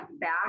back